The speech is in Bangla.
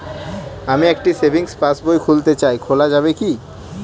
আমি একটি সেভিংস পাসবই খুলতে চাই খোলা যাবে কি?